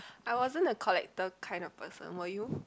I wasn't that collected kind of person were you